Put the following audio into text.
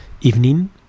evening